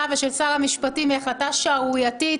ושל שר המשפטים היא החלטה שערורייתית.